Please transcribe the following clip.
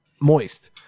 moist